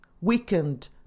weakened